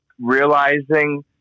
realizing